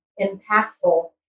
impactful